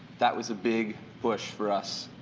that was a big push for us,